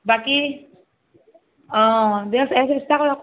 বাকী অঁ দিয়ক এ চেষ্টা কৰক